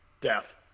death